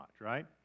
right